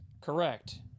correct